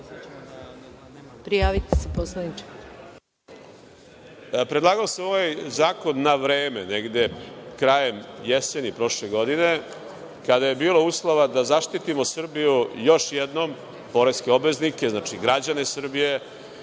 Predlagao sam ovaj zakon na vreme, negde krajem jeseni prošle godine, kada je bilo uslova da zaštitimo Srbiju još jednom, poreske obveznike, znači građane Srbije